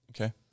Okay